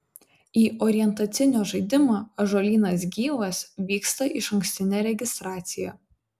į orientacinio žaidimą ąžuolynas gyvas vyksta išankstinė registracija